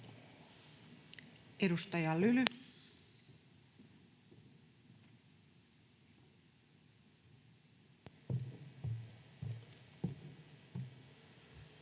Edustaja Lyly.